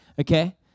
Okay